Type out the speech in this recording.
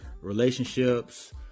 relationships